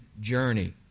journey